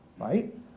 right